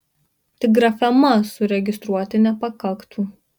tik grafemas suregistruoti nepakaktų